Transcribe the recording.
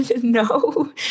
no